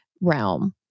realm